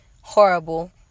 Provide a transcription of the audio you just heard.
horrible